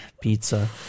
Pizza